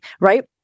right